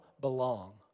belong